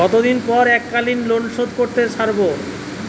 কতদিন পর এককালিন লোনশোধ করতে সারব?